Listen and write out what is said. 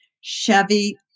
Chevy